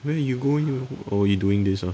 where you going you oh you doing this ah